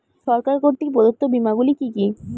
সরকার কর্তৃক প্রদত্ত বিমা গুলি কি কি?